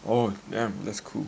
oh that's cool